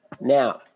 Now